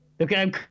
Okay